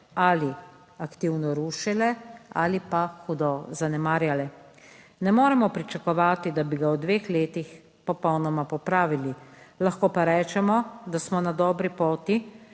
ali aktivno rušile ali pa hudo zanemarjale. Ne moremo pričakovati, da bi ga v dveh letih popolnoma popravili. Lahko pa rečemo, da smo na dobri poti.